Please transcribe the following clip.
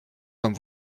comme